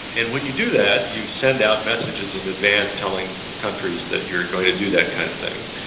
and when you do that you send out messages in advance telling countries that you are going to do that kind of thing.